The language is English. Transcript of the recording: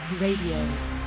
Radio